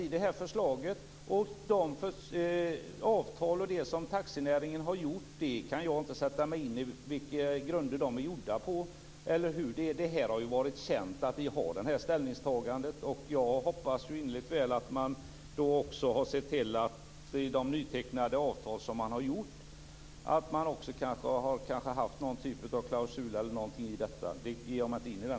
Vi vill ta bort brytpunktstaxan i det här förslaget. Jag kan inte sätta mig in i på vilka grunder som taxinäringen har träffat sina avtal. Vårt ställningstagande har varit känt, och jag hoppas innerligt väl att man också ser till att man har haft någon typ av klausul i de nytecknade avtalen. Jag ger mig inte in i den diskussionen.